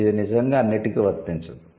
ఇది నిజంగా అన్నింటికీ వర్తించదు